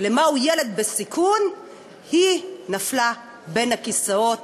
מיהו ילד בסיכון, היא נפלה בין הכיסאות